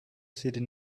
seated